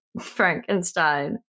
Frankenstein